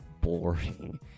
boring